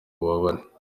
ububabare